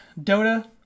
Dota